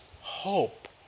hope